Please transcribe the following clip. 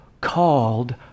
called